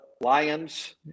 Lions